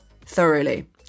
thoroughly